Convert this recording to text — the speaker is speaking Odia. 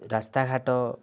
ରାସ୍ତାଘାଟ